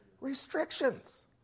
Restrictions